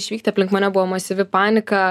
išvykti aplink mane buvo masyvi panika